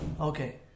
Okay